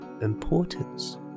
importance